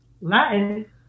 Latin